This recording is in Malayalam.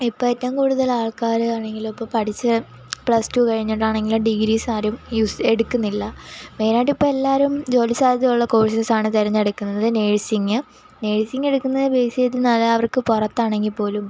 ഇപ്പോൾ ഏറ്റവും കൂടുതലാൾക്കാർ ആണെങ്കിലും ഇപ്പോൾ പഠിച്ച് പ്ലസ്ടൂ കഴിഞ്ഞിട്ടാണെങ്കിലും ഡിഗ്രീസ് ആരും യൂസ് എടുക്കുന്നല്ല മെയിനായിട്ടിപ്പം എല്ലാവരും ജോലി സാധ്യതയുള്ള കോഴ്സസാണ് തിരഞ്ഞെടുക്കുന്നത് നേഴ്സിങ്ങ് നേഴ്സിങ്ങെടുക്കുന്നത് ബെയ്സ് ചെയ്തതിനാൽ അവർക്ക് പുറത്താണെങ്കിൽപ്പോലും